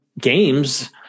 games